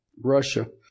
Russia